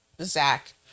Zach